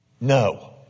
No